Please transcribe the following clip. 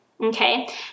okay